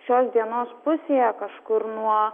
šios dienos pusėje kažkur nuo